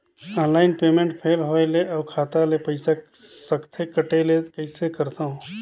Online payment fail होय ले अउ खाता ले पईसा सकथे कटे ले कइसे करथव?